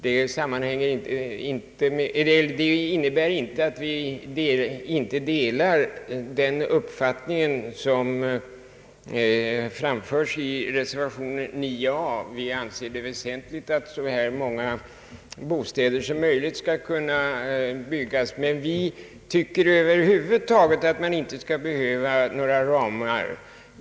Det innebär inte att vi inte delar den uppfattning som framförs i reservation 9 a. Vi anser det väsentligt att så många bostäder i småhus som möjligt kan byggas, men vi tycker att det över huvud taget inte skall behövas några ramar.